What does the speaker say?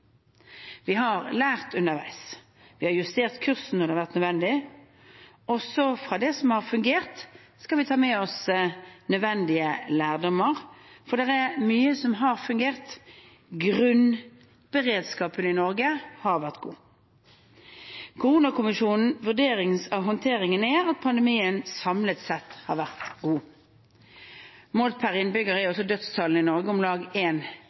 Vi har lært underveis, og vi har justert kursen når det har vært nødvendig. Også fra det som har fungert, skal vi ta med oss nødvendige lærdommer, for det er mye som har fungert. Grunnberedskapen i Norge har vært god. Koronakommisjonens vurdering er at håndteringen av pandemien samlet sett har vært god. Målt per innbygger er dødstallene i Norge om lag en